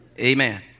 Amen